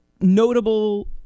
notable